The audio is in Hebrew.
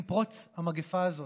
עם פרוץ המגפה הזו,